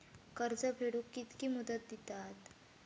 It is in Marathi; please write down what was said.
कर्ज फेडूक कित्की मुदत दितात?